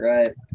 Right